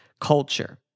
culture